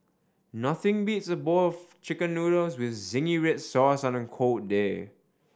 nothing beats a bowl of Chicken Noodles with zingy red sauce on a cold day